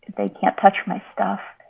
they can't touch my stuff.